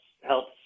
helps